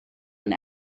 and